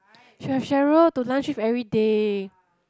should have Sheryl to lunch with everyday